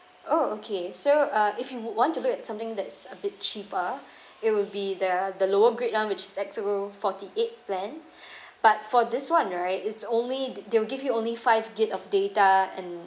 oh okay so uh if you want to look at something that's a bit cheaper it would be the the lower grade one which is X_O forty eight plan but for this one right it's only they'll give you only five gig of data and